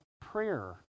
prayer